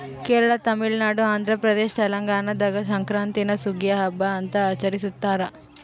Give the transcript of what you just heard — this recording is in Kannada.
ಕೇರಳ ತಮಿಳುನಾಡು ಆಂಧ್ರಪ್ರದೇಶ ತೆಲಂಗಾಣದಾಗ ಸಂಕ್ರಾಂತೀನ ಸುಗ್ಗಿಯ ಹಬ್ಬ ಅಂತ ಆಚರಿಸ್ತಾರ